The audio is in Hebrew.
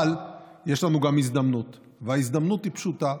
אבל יש לנו גם הזדמנות, וההזדמנות היא פשוטה.